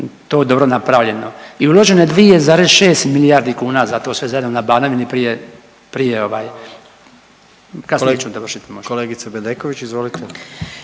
to dobro napravljeno i uloženo je 2,6 milijarde kuna za to sve zajedno na Banovini prije … kasnije ću dovršit